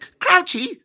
Crouchy